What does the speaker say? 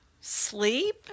sleep